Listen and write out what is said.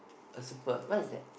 a super what is that